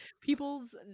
people's